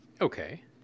Okay